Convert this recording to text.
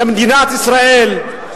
למדינת ישראל,